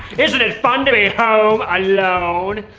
isn't it fun to be home alone